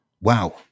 Wow